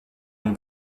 une